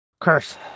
Curse